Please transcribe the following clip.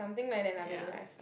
something like that lah wait I find